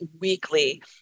weekly